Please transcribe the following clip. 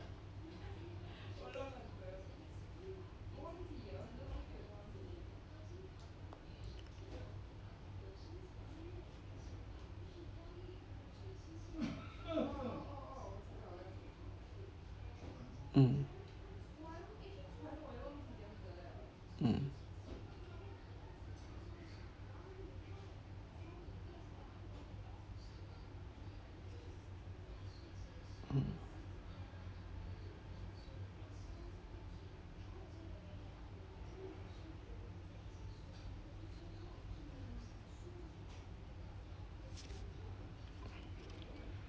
mm mm mm